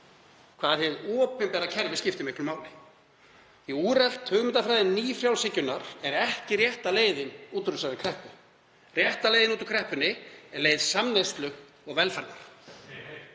hvað hið opinbera kerfi skipti miklu máli. Úrelt hugmyndafræði nýfrjálshyggjunnar er ekki rétta leiðin út úr þessari kreppu. Rétta leiðin út úr kreppunni er leið samneyslu og velferðar.